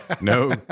no